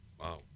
Wow